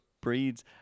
breeds